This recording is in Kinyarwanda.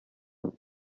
inka